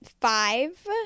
five